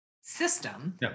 system